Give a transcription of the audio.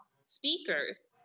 speakers